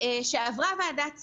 שעברה ועדת שרים,